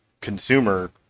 consumer